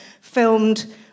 filmed